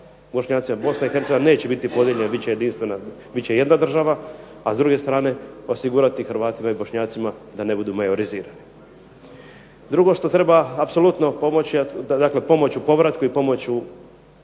Bošnjacima BiH neće biti podijeljena, bit će jedinstvena, bit će jedna država, a s druge strane osigurati Hrvatima i Bošnjacima da ne budu majorizirani. Drugo što treba apsolutno pomoći, dakle pomoć u povratku i pomoć u